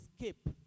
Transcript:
escape